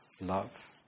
love